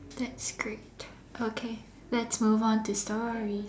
that's great okay let's move on to story